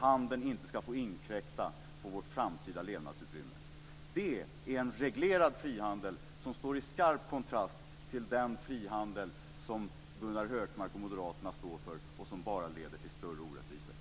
Handeln ska inte få inkräkta på vårt framtida levnadsutrymme. Det är en reglerad frihandel som står i skarp kontrast till den frihandel som Gunnar Hökmark och Moderaterna står för och som bara leder till större orättvisor.